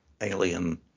alien